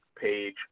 page